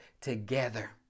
together